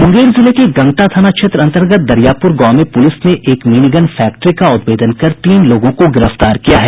मूंगेर जिले के गंगटा थाना क्षेत्र अंतर्गत दरियापूर गांव में पूलिस ने एक मिनीगन फैक्ट्री का उद्भेदन कर तीन लोगों को गिरफ्तार किया है